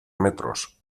metros